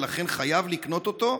ולכן חייב לקנות אותו,